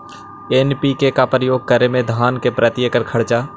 NPK का प्रयोग करे मे धान मे प्रती एकड़ खर्चा?